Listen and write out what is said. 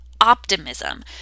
optimism